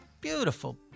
Beautiful